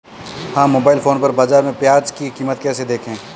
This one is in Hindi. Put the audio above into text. हम मोबाइल फोन पर बाज़ार में प्याज़ की कीमत कैसे देखें?